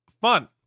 fun